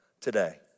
today